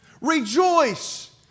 Rejoice